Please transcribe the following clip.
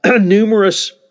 numerous